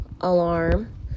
alarm